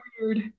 weird